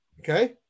Okay